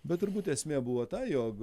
bet turbūt esmė buvo ta jog